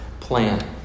Plan